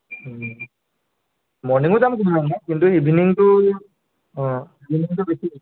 মৰ্ণিঙো যাম কি কিন্তু ইভিণিঙটো অঁ ইভিণিঙটো বেছি